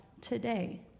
today